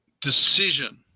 decision